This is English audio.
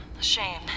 Shame